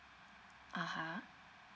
(uh huh)